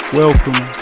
welcome